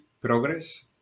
progress